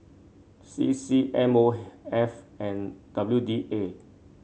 C C M O F and W D A